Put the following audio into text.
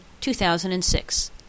2006